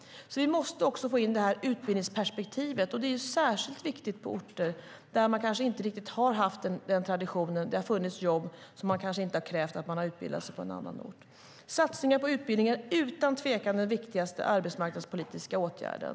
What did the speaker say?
Vi måste också få in utbildningsperspektivet. Det är särskilt viktigt på orter där man kanske inte riktigt har haft den traditionen. Det har funnits jobb, och därför har det inte krävts att man har utbildat sig på en annan ort. Satsningar på utbildning är utan tvekan den viktigaste arbetsmarknadspolitiska åtgärden.